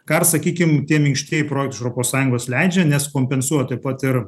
ką ir sakykim tie minkštieji projektai iš europos sąjungos leidžia nes kompensuoja taip pat ir